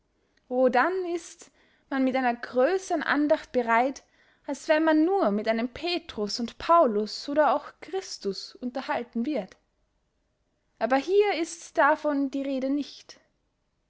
o dann ist man mit einer grössern andacht bereit als wenn man nur mit einem petrus und paulus oder auch christus unterhalten wird aber hier ist davon die rede nicht